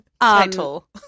Title